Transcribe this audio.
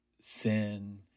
Sin